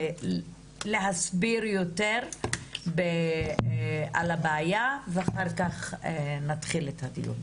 להסביר יותר על הבעיה ואחר כך נתחיל את הדיון.